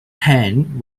ten